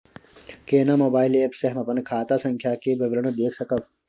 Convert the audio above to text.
केना mobile app से हम अपन खाता संख्या के विवरण देख सकब?